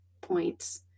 points